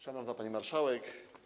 Szanowna Pani Marszałek!